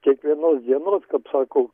kiekvienos dienos kap sako